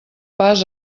pas